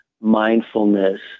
mindfulness